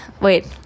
wait